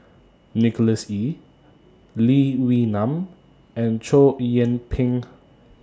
Nicholas Ee Lee Wee Nam and Chow Yian Ping